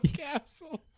castle